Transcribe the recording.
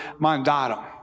mandatum